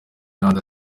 n’andi